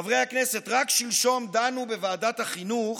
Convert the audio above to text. חברי הכנסת, רק שלשום דנו בוועדת החינוך,